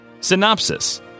Synopsis